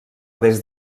des